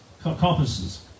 compasses